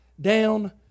down